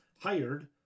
hired